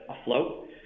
afloat